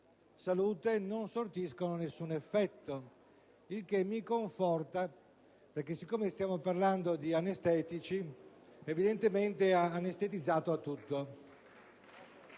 salute non sortiscono alcun effetto. Il che mi conforta perché, dal momento che stiamo parlando di anestetici, evidentemente è anestetizzato a tutto.